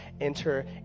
enter